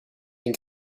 den